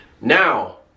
now